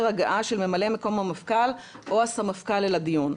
הגעה של ממלא מקום המפכ"ל או הסמפכ"ל אל הדיון.